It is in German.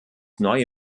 neue